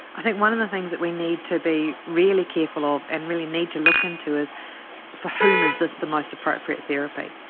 i think one of the things that we need to be really careful of and really need to look into is for whom is this the most appropriate therapy?